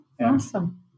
Awesome